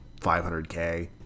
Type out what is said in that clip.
500K